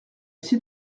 ici